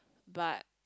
but